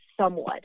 somewhat